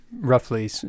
roughly